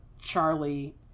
Charlie